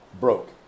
broke